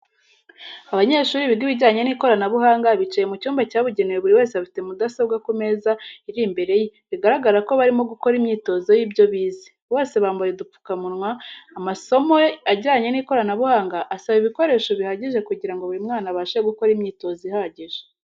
Abanyeshuri biga ibijyanye n'ikoranabuhanga bicaye mu cyumba cyabugenewe buri wese afite mudasobwa ku meza ari imbere ye bigaragara ko barimo gukora imyitozo y'ibyo bize, bose bambaye udupfukamunwa . Amasomo ajyanye n'ikoranabuhanga asaba ibikoreso bihagije kugirango buri mwana abashe gukora imyitozo ihagije.